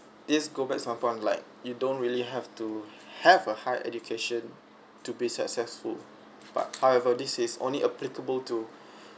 this go back some point like you don't really have to have a high education to be successful but however this is only applicable to